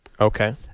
Okay